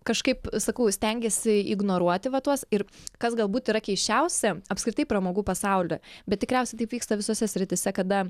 kažkaip sakau stengiesi ignoruoti va tuos ir kas galbūt yra keisčiausia apskritai pramogų pasauly bet tikriausia taip vyksta visose srityse kada